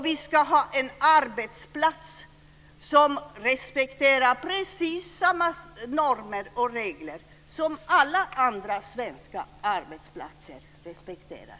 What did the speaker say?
Vi ska ha en arbetsplats som respekterar precis samma normer och regler som alla andra svenska arbetsplatser respekterar.